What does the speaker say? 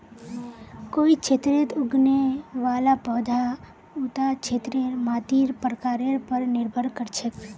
कोई क्षेत्रत उगने वाला पौधार उता क्षेत्रेर मातीर प्रकारेर पर निर्भर कर छेक